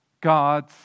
God's